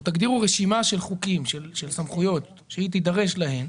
או תגדירו רשימה של סמכויות שהיא תידרש להן,